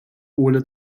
ole